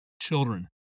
children